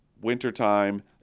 wintertime